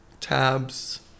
tabs